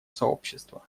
сообщества